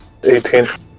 18